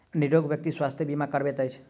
निरोग व्यक्ति स्वास्थ्य बीमा करबैत अछि